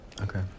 Okay